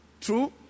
true